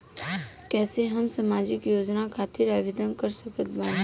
कैसे हम सामाजिक योजना खातिर आवेदन कर सकत बानी?